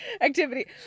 activity